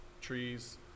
trees